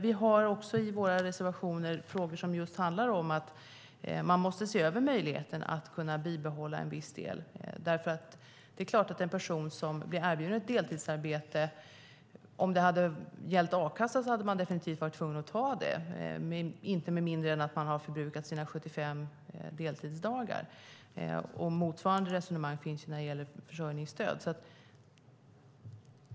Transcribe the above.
Vi tar i våra reservationer även upp frågor som handlar om att man måste se över möjligheterna att få bibehålla en viss del. En person som blir erbjuden ett deltidsarbete hade varit tvungen att ta det om det hade gällt a-kassan, med mindre än att man har förbrukat sina 75 deltidsdagar. Motsvarande resonemang finns när det gäller försörjningsstöd.